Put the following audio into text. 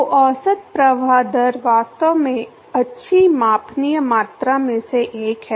तो औसत प्रवाह दर वास्तव में अच्छी मापनीय मात्रा में से एक है